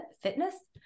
Fitness